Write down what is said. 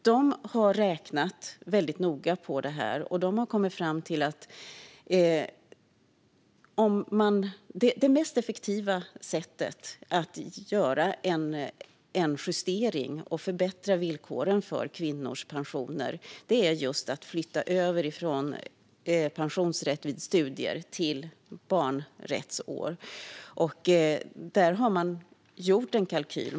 Man har räknat väldigt noga på detta och kommit fram till att det mest effektiva sättet att göra en justering och förbättra villkoren för kvinnors pensioner är just att flytta över pensionsrätt vid studier till barnrättsår. Man har gjort en kalkyl.